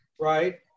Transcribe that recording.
right